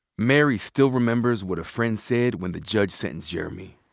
mary still remembers what a friend said when the judge sentenced jeremy.